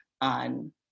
on